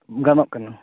ᱜᱟᱱᱚᱜ ᱠᱟᱱᱟ